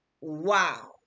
wow